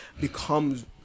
becomes